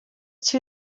two